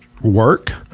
work